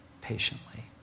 patiently